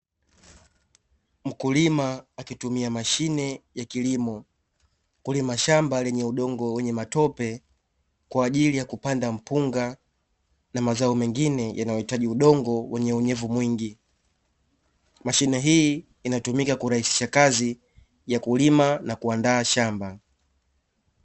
Mkulima akitumia mashine ya kilimo kulima shamba lenye udongo wenye matope kwa aajili ya kupanda mpunga na mazao mengine yanayohitaji udongo wenye unyevu mwingi. Mashine hii inatumika kurahisisha kazi ya kulima na kuandaa shamba.